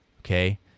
Okay